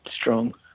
strong